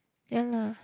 ya lah